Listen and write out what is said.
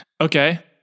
Okay